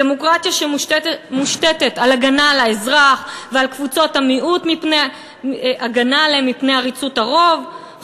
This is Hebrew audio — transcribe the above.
דמוקרטיה מושתתת על הגנה על האזרח ועל קבוצות המיעוט מפני עריצות הרוב,